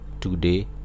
Today